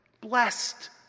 blessed